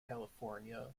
california